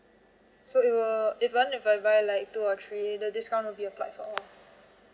so it will even if I buy like two or three the discount will be applied for all